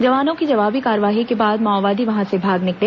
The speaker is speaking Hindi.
जवानों की जवाबी कार्रवाई के बाद माओवादी वहां से भाग निकले